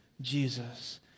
Jesus